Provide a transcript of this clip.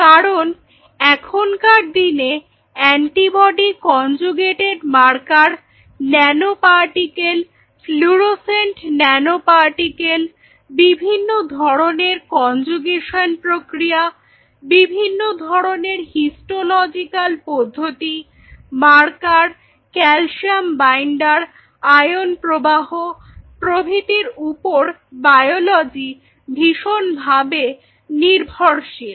কারণ এখনকার দিনে antibody conjugated marker nano particle fluorescent nano particle বিভিন্ন ধরনের কনজুগেশন প্রক্রিয়া বিভিন্ন ধরনের হিস্টলজিকাল পদ্ধতি মার্কার ক্যালসিয়াম বাইন্ডার আয়ন প্রবাহ প্রভৃতির উপর বায়োলজি ভীষণভাবে নির্ভরশীল